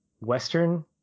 Western